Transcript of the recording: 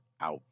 out